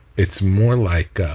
it's more like